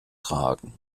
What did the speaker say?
tragen